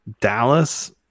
Dallas